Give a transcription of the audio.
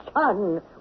son